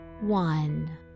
one